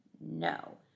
no